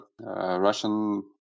Russian